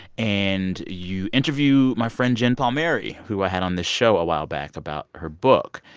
and you interview my friend jen palmieri, who i had on this show a while back about her book.